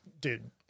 dude